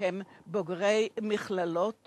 הם בוגרי מכללות